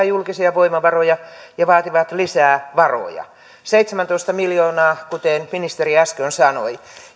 julkisia voimavaroja ja vaativat lisää varoja seitsemäntoista miljoonaa kuten ministeri äsken sanoi